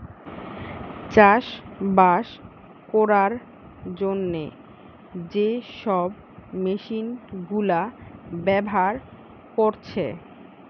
চাষবাস কোরার জন্যে যে সব মেশিন গুলা ব্যাভার কোরছে